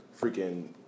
freaking